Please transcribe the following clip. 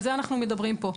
על זה אנחנו מדברים פה.